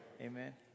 Amen